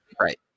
right